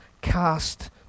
cast